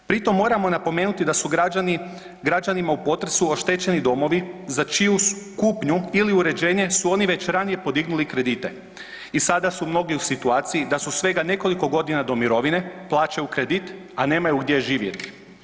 Pritom moramo napomenuti da su građanima u potresu oštećeni domovi za čiju su kupnju ili uređenje su oni već ranije podignuli kredite i sada su mnogi u situaciji da su svega nekoliko godina do mirovine, plaćaju kredit, a nemaju gdje živjeti.